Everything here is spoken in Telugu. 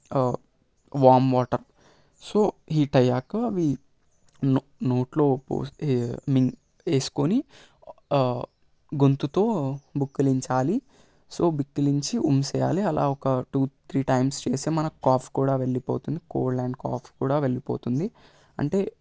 వార్మ్ వాటర్ సో హీట్ అయ్యాక అవి నో నోట్లో మింగి వేసుకొని గొంతుతో పుక్కిలించాలి సో పుక్కిలించి ఉమ్మేయాలి అలా ఒక టూ త్రీ టైమ్స్ చేస్తే మనకు కాఫ్ కూడ వెళ్ళిపోతుంది కోల్డ్ అండ్ కాఫ్ కూడ వెళ్ళిపోతుంది అంటే